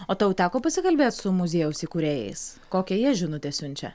o tau teko pasikalbėt su muziejaus įkūrėjais kokią jie žinutę siunčia